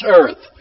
earth